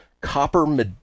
copper